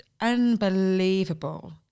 unbelievable